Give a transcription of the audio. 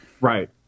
right